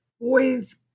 boys